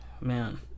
man